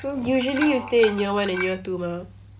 so usually you stay in year one and year two mah